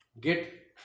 get